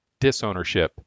disownership